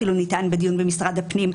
אפילו כך נטען בדיון במשרד הפנים,